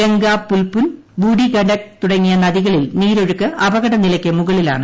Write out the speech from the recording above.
ഗംഗ പുൽപുൻ ബൂഡി ഗണ്ഡക് തുടങ്ങിയ നദികളിൽ നീരൊഴുക്ക് അപകട നിലയ്ക്ക് മുകളിലാണ്